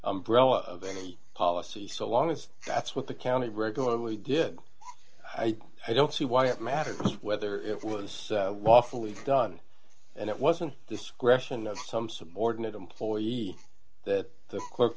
umbrella of any policy so long as that's what the counted regularly did i don't see why it matters whether it was lawfully done and it wasn't discretion of some subordinate employee that the cl